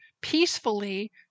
peacefully